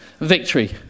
victory